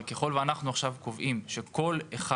אבל ככל שאנחנו קובעים עכשיו שכל אחד